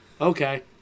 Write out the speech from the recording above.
okay